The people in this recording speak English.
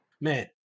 man